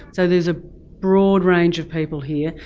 so there's a broad range of people here,